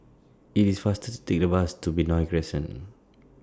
IT IS faster to Take The Bus to Benoi Crescent